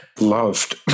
loved